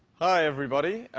hi, everybody.